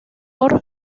por